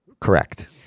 Correct